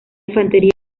infantería